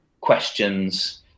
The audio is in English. questions